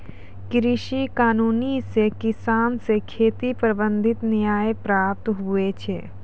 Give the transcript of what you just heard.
कृषि कानून से किसान से खेती संबंधित न्याय प्राप्त हुवै छै